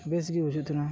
ᱵᱮᱥ ᱜᱮ ᱵᱩᱡᱩᱜ ᱛᱟᱦᱮᱱᱟ